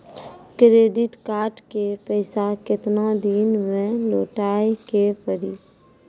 Credit card के पैसा केतना दिन मे लौटाए के पड़ी?